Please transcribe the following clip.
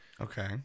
Okay